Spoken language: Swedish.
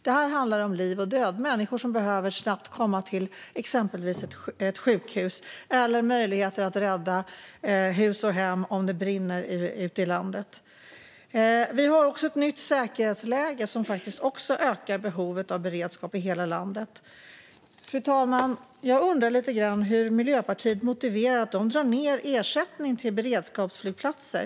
Det handlar om liv och död, om människor som snabbt behöver komma till exempelvis sjukhus och om möjligheter att rädda hus och hem om det brinner ute i landet. Vi har också ett nytt säkerhetsläge som även det ökar behovet av beredskap i hela landet. Fru talman! Jag undrar hur Miljöpartiet motiverar att de drar ned ersättning till beredskapsflygplatser.